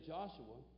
Joshua